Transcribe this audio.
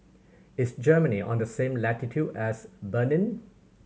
is Germany on the same latitude as Benin